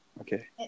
Okay